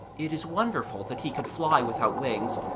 it is wonderful that he could fly without wings,